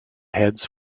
heads